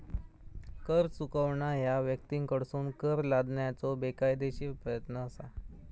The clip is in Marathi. कर चुकवणा ह्या व्यक्तींकडसून कर लादण्याचो बेकायदेशीर प्रयत्न असा